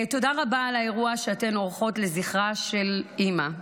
תודה רבה על האירוע שאתן עורכות לזכרה של אימא,